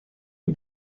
est